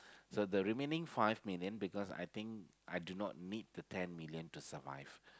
so the remaining five million because I think I do not need the ten million to survive